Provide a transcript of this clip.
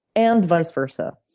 and vice-versa.